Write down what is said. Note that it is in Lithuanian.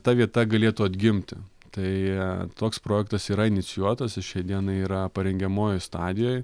ta vieta galėtų atgimti tai toks projektas yra inicijuotas jis šiai dienai yra parengiamojoj stadijoj